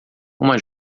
uma